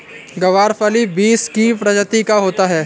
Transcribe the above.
ग्वारफली बींस की प्रजाति का होता है